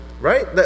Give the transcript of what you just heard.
Right